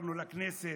ונבחרנו לכנסת,